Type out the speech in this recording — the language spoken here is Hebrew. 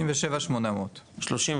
37,800 ₪.